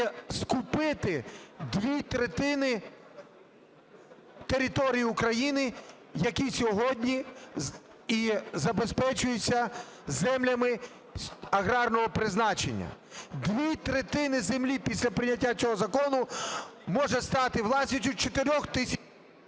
скупити дві третини території України, які сьогодні забезпечуються землями аграрного призначення. Дві третини землі після прийняття цього закону може стати власністю чотирьох…